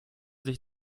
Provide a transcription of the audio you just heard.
sich